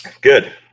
good